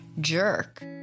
jerk